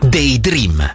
Daydream